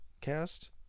cast